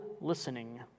listening